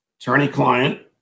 attorney-client